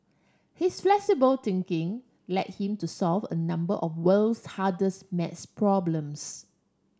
his flexible thinking led him to solve a number of world's hardest math problems